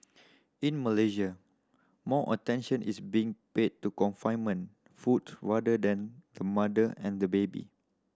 in Malaysia more attention is being paid to confinement foods rather than the mother and the baby